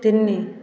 ତିନି